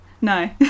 No